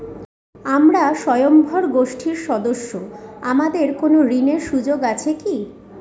আমরা স্বয়ম্ভর গোষ্ঠীর সদস্য আমাদের কোন ঋণের সুযোগ আছে কি?